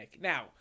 Now